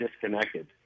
disconnected